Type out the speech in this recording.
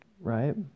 Right